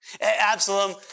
Absalom